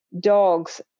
dogs